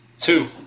Two